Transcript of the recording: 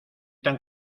tan